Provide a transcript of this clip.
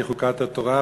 והיא חוקת התורה,